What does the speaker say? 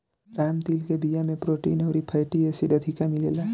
राम तिल के बिया में प्रोटीन अउरी फैटी एसिड अधिका मिलेला